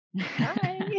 Hi